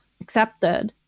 accepted